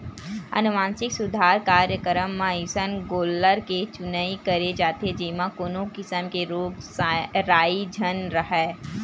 अनुवांसिक सुधार कार्यकरम म अइसन गोल्लर के चुनई करे जाथे जेमा कोनो किसम के रोग राई झन राहय